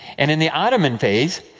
and in the ottoman phase,